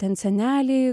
ten seneliai